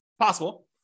possible